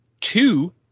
two